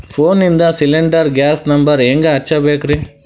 ಫೋನಿಂದ cylinder gas number ಹೆಂಗ್ ಹಚ್ಚ ಬೇಕ್ರಿ?